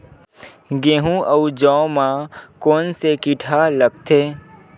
गेहूं अउ जौ मा कोन से कीट हा लगथे?